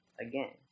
again